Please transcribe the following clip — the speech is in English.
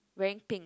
wearing pink